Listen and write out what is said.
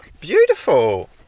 beautiful